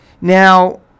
Now